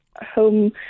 home